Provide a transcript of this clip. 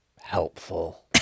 helpful